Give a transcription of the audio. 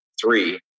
three